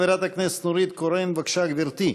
חברת הכנסת נורית קורן, בבקשה, גברתי.